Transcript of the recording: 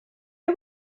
are